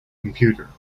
computer